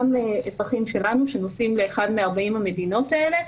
גם אזרחים שלנו שנוסעים מאחד מ-40 המדינות האלה,